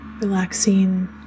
relaxing